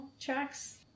tracks